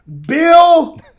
Bill